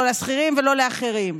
לא לשכירים ולא לאחרים?